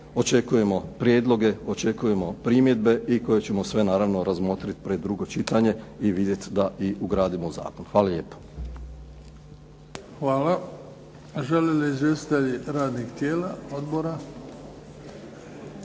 Očekujemo prijedloge, očekujemo primjedbe i koje ćemo sve naravno razmotrit pred drugo čitanje i vidjet da i ugradimo u zakon. Hvala lijepo. **Bebić, Luka (HDZ)** Hvala. Žele li izvjestitelji radnih tijela, odbora?